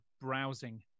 browsing